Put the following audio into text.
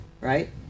right